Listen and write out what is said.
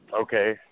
Okay